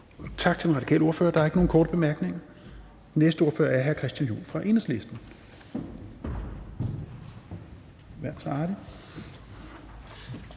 Tak til den radikale ordfører. Der er ikke nogen korte bemærkninger. Den næste ordfører er hr. Christian Juhl fra Enhedslisten.